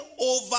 over